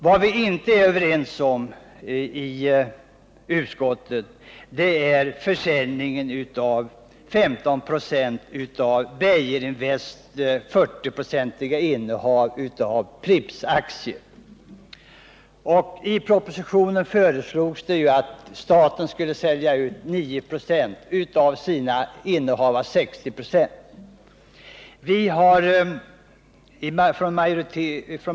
Vad vi inte är överens om i utskottet är däremot försäljningen av 15 96 av Beijerinvest AB:s 40-procentiga innehav av Prippsaktier. I propositionen föreslås att staten skall sälja ut 9 96 av sitt innehav på 60 96 av dessa aktier.